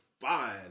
fine